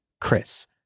Chris